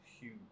huge